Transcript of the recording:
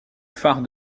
phare